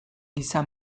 giza